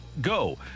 Go